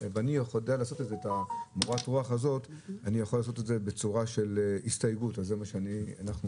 את מורת הרוח הזאת אני יכול לתרגם להסתייגות וזה מה שנעשה.